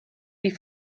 die